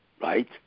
right